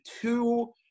two